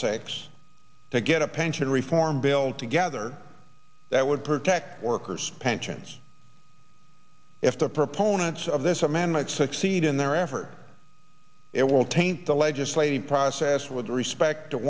six to get a pension reform bill together that would protect workers pensions if the proponents of this a man might succeed in their effort it will taint the legislative process with respect to